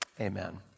amen